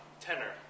tenor